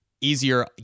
easier